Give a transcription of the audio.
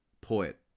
poet